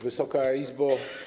Wysoka Izbo!